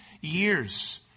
years